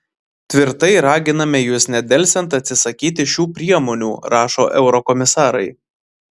tvirtai raginame jus nedelsiant atsisakyti šių priemonių rašo eurokomisarai